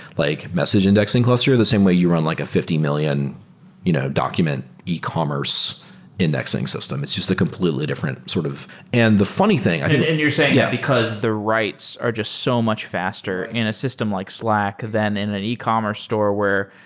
like message indexing cluster the same way you run like a fifty million you know document e-commerce indexing system. it's just a completely different sort of and the funny thing, i think you're saying yeah because the writes are just so much faster in a system like slack than in an e-commerce store where,